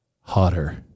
hotter